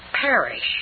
perish